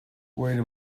worried